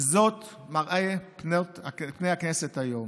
זה מראה פני הכנסת היום